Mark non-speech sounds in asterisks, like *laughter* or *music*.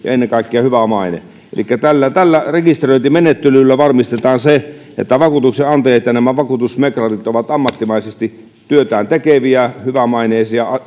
*unintelligible* ja ennen kaikkea hyvä maine elikkä tällä tällä rekisteröintimenettelyllä varmistetaan se että vakuutuksenantajat ja vakuutusmeklarit ovat ammattimaisesti työtään tekeviä hyvämaineisia *unintelligible*